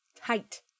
Height